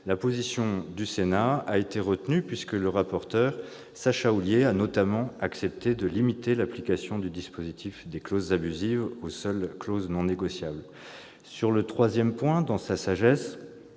la position du Sénat a été retenue, puisque le rapporteur de l'Assemblée nationale, Sacha Houlié, a notamment accepté de limiter l'application du dispositif des clauses abusives aux seules clauses non négociables. Sur le troisième point- la révision